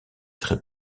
très